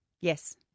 Yes